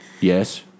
Yes